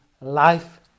life